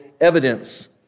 evidence